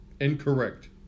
Incorrect